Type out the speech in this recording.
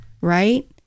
Right